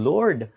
Lord